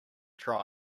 try